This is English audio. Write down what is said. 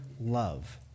love